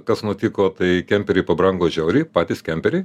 kas nutiko tai kemperiai pabrango žiauriai patys kemperiai